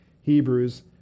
Hebrews